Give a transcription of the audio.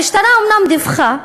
המשטרה אומנם דיווחה,